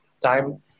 time